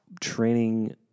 training